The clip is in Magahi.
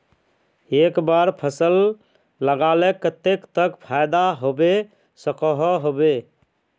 एक बार फसल लगाले कतेक तक फायदा होबे सकोहो होबे?